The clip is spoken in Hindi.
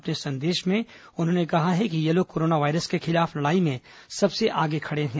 अपने संदेश में उन्होंने कहा कि ये लोग कोरोना वायरस के खिलाफ लडाई में सबसे आगे खडे हैं